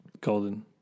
Golden